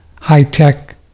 high-tech